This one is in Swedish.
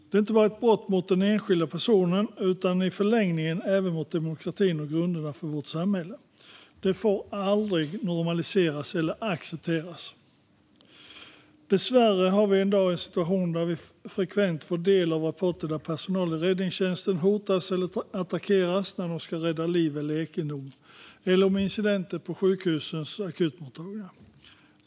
Det är inte bara ett brott mot den enskilda personen utan i förlängningen även mot demokratin och grunderna för vårt samhälle. Det får aldrig normaliseras eller accepteras. Dessvärre har vi i dag en situation där vi frekvent får ta del av rapporter om att personal i räddningstjänsten hotats eller attackerats när de ska rädda liv eller egendom och att det sker incidenter på sjukhusens akutmottagningar.